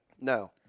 No